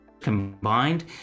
combined